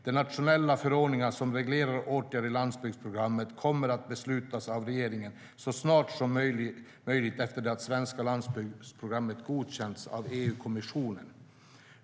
Den nationella förordning som reglerar åtgärderna i landsbygdsprogrammet kommer att beslutas av regeringen så snart som möjligt efter att det svenska landsbygdsprogrammet godkänts av EU-kommissionen.